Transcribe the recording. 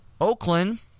Oakland